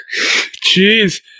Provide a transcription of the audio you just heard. Jeez